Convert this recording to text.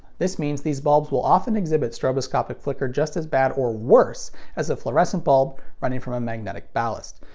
this means these bulbs will often exhibit stroboscopic flicker just as bad or worse as a fluorescent bulb running from a magnetic ballast.